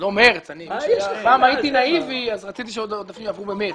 פעם הייתי נאיבי ורציתי שהעודפים יעברו בחודש מרס,